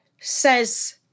says